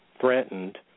threatened